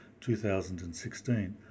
2016